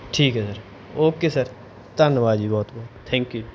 ਠੀਕ ਹੈ sir okay sir ਧੰਨਵਾਦ ਜੀ ਬਹੁਤ ਬਹੁਤ ਥੈਂਕ ਯੂ